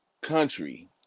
country